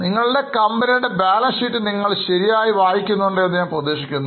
നിങ്ങളുടെ കമ്പനിയുടെ balance sheet നിങ്ങൾ ശരിയായി വായിക്കുന്നുണ്ട് എന്ന് ഞാൻ പ്രതീക്ഷിക്കുന്നു